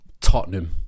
Tottenham